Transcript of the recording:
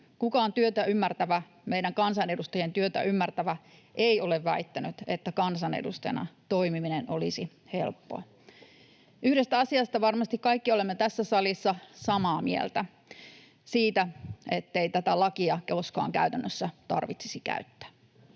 Kukaan meidän kansanedustajien työtä ymmärtävä ei ole väittänyt, että kansanedustajana toimiminen olisi helppoa. Yhdestä asiasta varmasti kaikki olemme tässä salissa samaa mieltä, siitä, ettei tätä lakia koskaan käytännössä tarvitsisi käyttää.